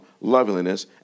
loveliness